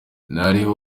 n’abiru